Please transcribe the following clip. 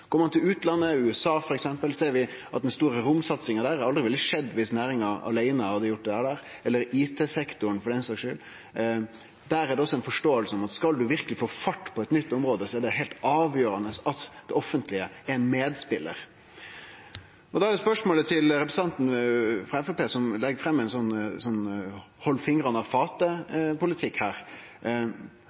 Går ein til utlandet, f.eks. til USA, ser ein at den store romsatsinga der aldri ville skjedd viss næringa hadde gjort det aleine, eller IT-sektoren for den sakas skuld. Der er det òg ei forståing for at viss ein verkeleg skal få fart på eit nytt område, er det heilt avgjerande at det offentlege er medspelar. Da er spørsmålet til representanten frå Framstegspartiet, som legg fram ein